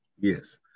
Yes